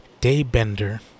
Daybender